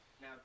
Now